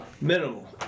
Minimal